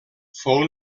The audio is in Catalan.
fou